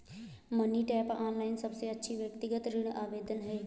money tap, online सबसे अच्छा व्यक्तिगत ऋण आवेदन है